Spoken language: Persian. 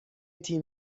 تیم